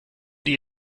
die